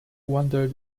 wondered